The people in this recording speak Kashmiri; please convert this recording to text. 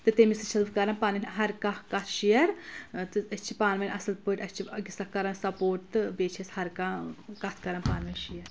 تہٕ تٔمِس سۭتۍ چھَس بہٕ کران پنٕنۍ ہر کانٛہہ کَتھ شِیَر تہٕ أسۍ چھِ پانہٕ ؤنۍ اصٕل پٲٹھۍ اَسہِ چھِ اَکِس اکھ کرَن سَپوٹ تہٕ بیٚیہِ چھِ أسۍ ہر کانٛہہ کتھ کران پانہٕ ؤنۍ شِیَر